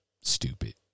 stupid